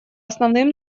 основным